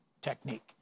technique